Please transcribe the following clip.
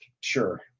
Sure